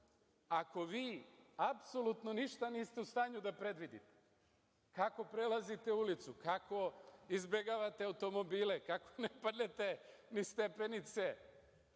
ako vi apsolutno ništa niste u stanju da predvidite. Kako prelazite ulicu? Kako izbegavate automobile? Kako ne padnete niz stepenice?